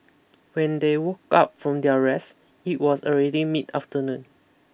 when they woke up from their rest it was already mid afternoon